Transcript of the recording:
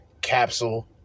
Capsule